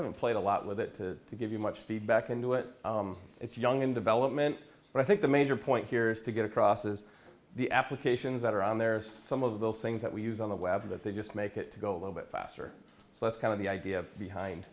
haven't played a lot with it to give you much feedback into it it's young in development but i think the major point here is to get across is the applications that are on there some of those things that we use on the web that they just make it to go a little bit faster so that's kind of the idea behind